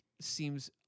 seems